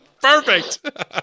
Perfect